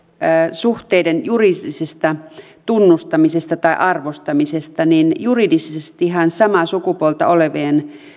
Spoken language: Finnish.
suhteiden juridisesta tunnustamisesta tai arvostamisesta niin juridisestihan samaa sukupuolta